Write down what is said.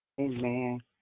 Amen